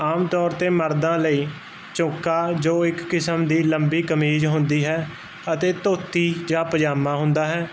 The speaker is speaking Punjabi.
ਆਮ ਤੌਰ 'ਤੇ ਮਰਦਾਂ ਲਈ ਚੋਕਾ ਜੋ ਇੱਕ ਕਿਸਮ ਦੀ ਲੰਬੀ ਕਮੀਜ਼ ਹੁੰਦੀ ਹੈ ਅਤੇ ਧੋਤੀ ਜਾਂ ਪਜਾਮਾ ਹੁੰਦਾ ਹੈ